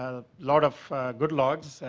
a lot of good log,